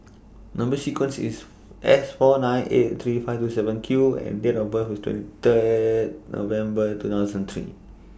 Number sequence IS S four nine eight three five two seven Q and Date of birth IS twenty Third November two thousand and three